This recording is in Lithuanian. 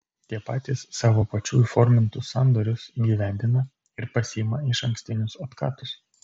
tie patys savo pačių įformintus sandorius įgyvendina ir pasiima išankstinius otkatus